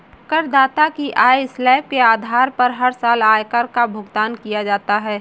करदाता की आय स्लैब के आधार पर हर साल आयकर का भुगतान किया जाता है